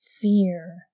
fear